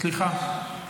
סליחה.